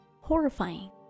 horrifying